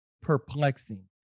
perplexing